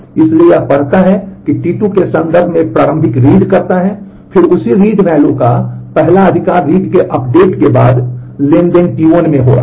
इसलिए यह पढ़ता है कि यह T2 के संदर्भ में एक प्रारंभिक रीड करता है और फिर उस रीड वैल्यू का पहला अधिकार रीड के अपडेट के बाद ट्रांज़ैक्शन T1 में हो रहा है